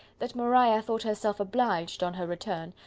that maria thought herself obliged, on her return,